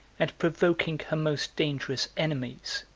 and provoking her most dangerous enemies,